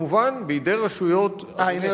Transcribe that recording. אדוני